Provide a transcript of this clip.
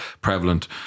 prevalent